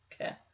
Okay